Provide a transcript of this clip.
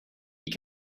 you